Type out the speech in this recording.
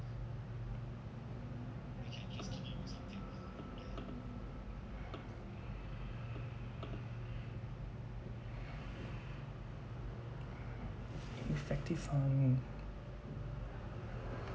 effective farming